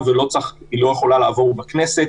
אבל הכלל צריך להיות שמאשרים את התקנות בכנסת